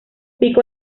pico